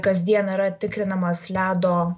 kasdien yra tikrinamas ledo